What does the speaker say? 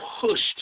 pushed